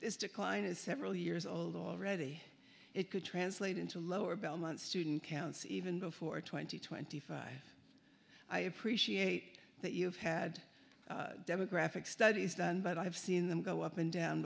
this decline is several years old already it could translate into lower belmont student council even before twenty twenty five i appreciate that you've had demographic studies done but i have seen them go up and down